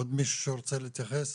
עוד מישהו שרוצה להתייחס?